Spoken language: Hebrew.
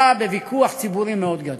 נמצא בוויכוח ציבורי מאוד גדול.